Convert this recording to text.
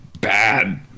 bad